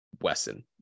wesson